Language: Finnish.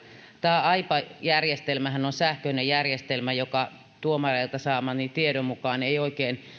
tämä aipa järjestelmähän on sähköinen järjestelmä joka tuomareilta saamani tiedon mukaan ei oikein